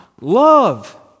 love